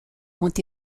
ont